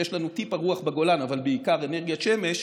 יש לנו טיפה רוח בגולן אבל בעיקר אנרגיית שמש,